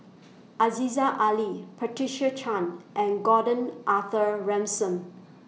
Aziza Ali Patricia Chan and Gordon Arthur Ransome